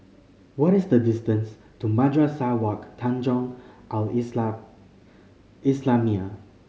what is the distance to Madrasah Wak Tanjong Al islamiah